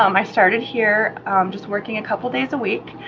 um i started here just working a couple days a week,